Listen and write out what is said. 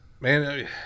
Man